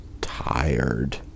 tired